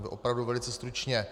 Opravdu velice stručně.